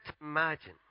imagine